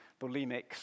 Bulimics